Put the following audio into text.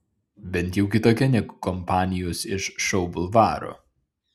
bent jau kitokia negu kompanijos iš šou bulvaro